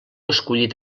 escollit